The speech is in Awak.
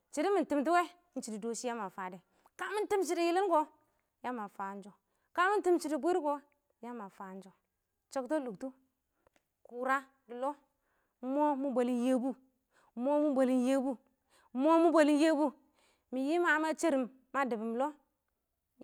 Shɪdɔ mɪ tɪmtʊ wɛ ɪng shɪdɔ dɔshɪ ya ma fadɛ, kamɪ tɪm shidɔ yɪlɪn kɔ yama fa ɪng sho kamɪ tɪm shɪdɔ bwɪɪr kɔ yama fa ɪng shɔ. Shakta lʊktʊ kʊra dɪ lɔ ɪng mɔ mɪ bwɛlɪn yɛbʊ, ɪng mɔ mɪ bwɛlɪn Yebu ɪng mɔ mɪ bwɛlɪn yebnu ɪng mɔ mɪ bwɛlɪn yɛbʊ, mɪ yɪm ma shɛrɪm ma dɪbʊm lɔ.